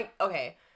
Okay